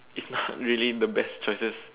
it's not really the best choices